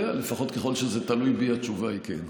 אתה יודע, לפחות ככל שזה תלוי בי התשובה היא כן.